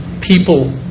people